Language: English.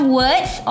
words